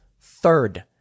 third